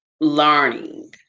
learning